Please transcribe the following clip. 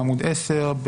בעמוד 10,